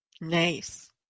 Nice